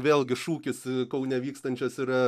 vėlgi šūkis kaune vykstančios yra